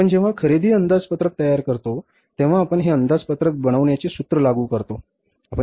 आपण जेव्हा खरेदी अंदाजपत्रक तयार करतो तेव्हा आपण हे अंदाजपत्रक बनवण्याचे सूत्र लागू करतो